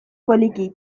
poliki